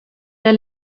der